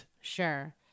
Sure